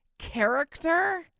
character